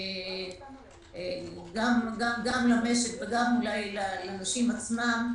גם למשק וגם לנשים עצמן,